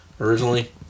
originally